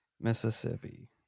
Mississippi